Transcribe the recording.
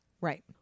Right